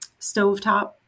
stovetop